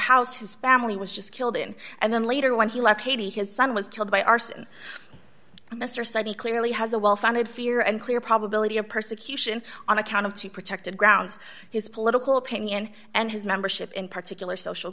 house his family was just killed in and then later when he left haiti his son was killed by arson mr study clearly has a well founded fear and clear probability of persecution on account of two protected grounds his political opinion and his membership in particular social